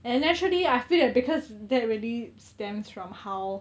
and actually I feel like because that really stems from how